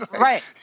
Right